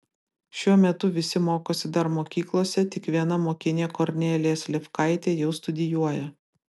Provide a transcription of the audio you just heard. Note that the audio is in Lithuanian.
šiuo metu visi mokosi dar mokyklose tik viena mokinė kornelija slivkaitė jau studijuoja